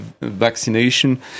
vaccination